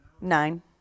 Nine